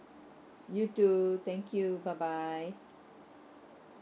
you too thank you bye bye